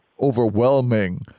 overwhelming